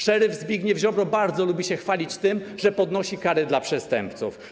Szeryf Zbigniew Ziobro bardzo lubi się chwalić tym, że podnosi kary dla przestępców.